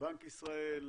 בנק ישראל,